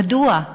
מדוע?